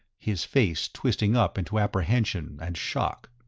his face twisting up into apprehension and shock.